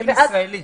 ישראלי.